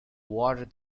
water